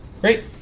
Great